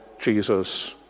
Jesus